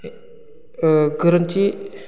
गोरोन्थि